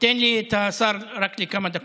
תן לי את השר רק לכמה דקות.